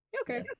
okay